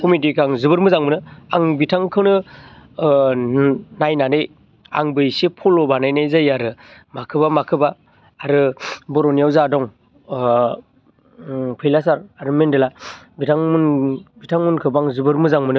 कमदिखौ आं जोबोर मोजां मोनो आं बिथांखौनो नायनानै आंबो एसे फल' बानायनाय जायो आरो माखौबा माखौबा आरो बर'निआव जा दं फैला सार आरो मेनदेला बिथांमोननि बिथांमोनखौबो आं जोबोर मोजां मोनो